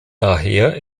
daher